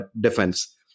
defense